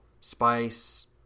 spice